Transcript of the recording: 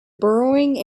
burrowing